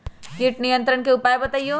किट नियंत्रण के उपाय बतइयो?